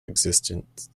existence